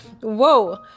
Whoa